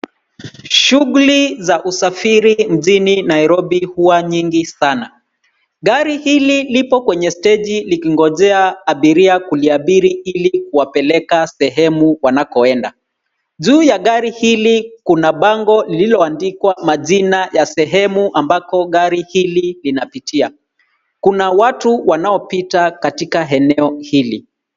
Shughuli za usafiri mjini Nairobi huwa nyingi sana. Gari hili lipo kwenye steji likingojea abiria kuliabiri ili kuwapeleka sehemu wanakoenda. Juu ya gari hili, kuna bango lililoandikwa majina ya sehemu ambako gari hili linapitia. Kuna watu wanaopita katika eneo hili.